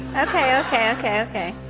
okay, okay, okay, okay.